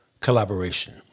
collaboration